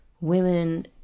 women